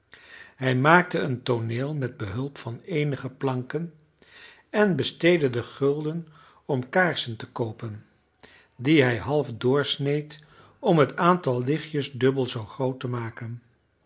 hij maakte een tooneel met behulp van eenige planken en besteedde den gulden om kaarsen te koopen die hij half doorsneed om het aantal lichtjes dubbel zoo groot te maken